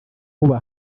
muba